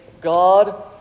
God